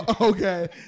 okay